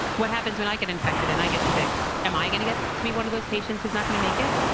what happens when i get infected and i get sick? am i going to get to be one of those patients who's not going to make it?